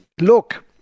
look